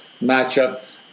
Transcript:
matchup